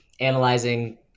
analyzing